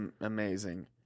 amazing